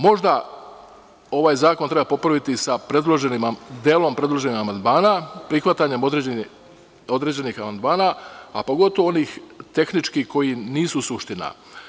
Možda ovaj zakon treba popraviti sa predloženim amandmanima, prihvatanjem određenih amandmana, a pogotovo onih tehničkih koji nisu suština.